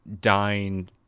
dying